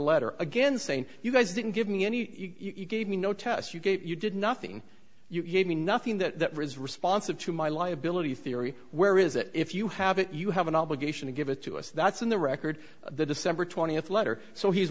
letter again saying you guys didn't give me any you gave me no test you gave you did nothing you gave me nothing that responsive to my liability theory where is it if you have it you have an obligation to give it to us that's in the record the december twentieth letter so he's